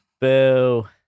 Boo